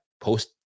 Post